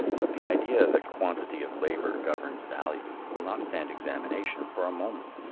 but the idea that quantity of labor governs value will not stand examination for a moment.